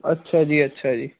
ਅੱਛਾ ਜੀ ਅੱਛਾ ਜੀ